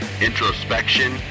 introspection